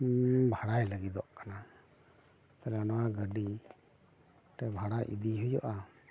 ᱵᱷᱟᱲᱟᱭ ᱞᱟᱹᱜᱤᱫᱚᱜ ᱠᱟᱱᱟ ᱛᱟᱦᱚᱞᱮ ᱱᱚᱣᱟ ᱜᱟᱹᱰᱤ ᱵᱷᱟᱲᱟ ᱤᱫᱤ ᱦᱩᱭᱩᱜᱼᱟ